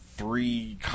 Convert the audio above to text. three